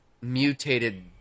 mutated